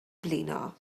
blino